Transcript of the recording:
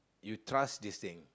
you trust this thing